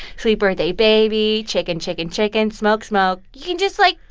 sweet birthday baby. chicken, chicken, chicken. smoke, smoke. you can just, like,